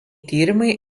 tyrimai